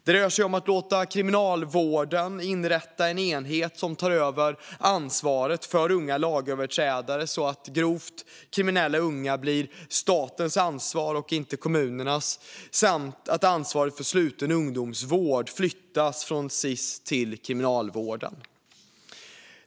Det rör sig om att låta Kriminalvården inrätta en enhet som tar över ansvaret för unga lagöverträdare, så att grovt kriminella unga blir statens ansvar och inte kommunernas, och att ansvaret för sluten ungdomsvård flyttas från Sis till Kriminalvården.